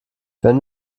wenn